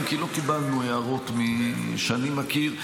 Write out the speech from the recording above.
אם כי לא קיבלנו הערות שאני מכיר.